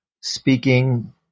speaking